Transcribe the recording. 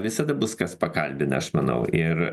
visada bus kas pakalbina aš manau ir